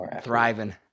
thriving